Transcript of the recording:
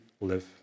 live